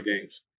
games